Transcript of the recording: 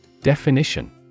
Definition